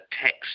text